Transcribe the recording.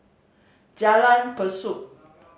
Jalan Besut